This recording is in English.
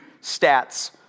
stats